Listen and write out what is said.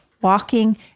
walking